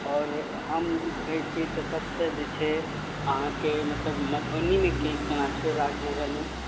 आओर हम कहय छी तऽ सबसँ जे छै अहाँके मतलब मधुबनीमे केना छियै राजनगरमे